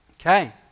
Okay